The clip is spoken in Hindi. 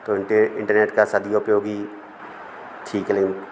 तो इंटरनेट का सदउपयोग ही ठीक नहीं